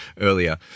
earlier